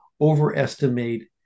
overestimate